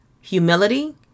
humility